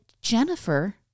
Jennifer